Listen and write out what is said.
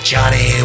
Johnny